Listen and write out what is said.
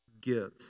gives